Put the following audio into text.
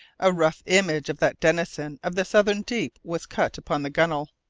a rough image of that denizen of the southern deep was cut upon the gunwale.